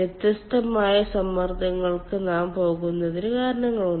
വ്യത്യസ്തമായ സമ്മർദങ്ങൾക്ക് നാം പോകുന്നതിന് കാരണങ്ങളുണ്ട്